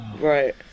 right